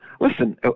listen